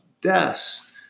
deaths